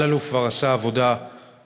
אלאלוף כבר עשה עבודה רצינית,